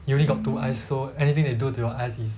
you only got two eyes so anything they do to your eyes is